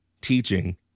teaching